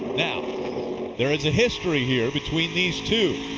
now there is a history here between these two.